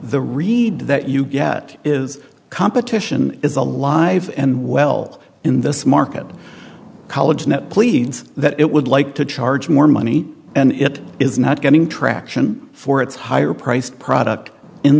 the read that you get is competition is alive and well in this market college net pleads that it would like to charge more money and it is not getting traction for its higher priced product in